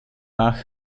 nach